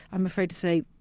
i'm afraid to say,